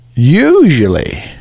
Usually